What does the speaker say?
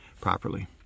properly